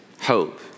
hope